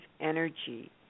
energy